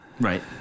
Right